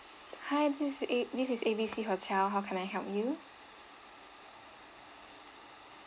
hi this A this is A B C hotel how can I help you